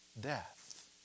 death